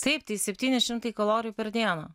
taip tai septyni šimtai kalorijų per dieną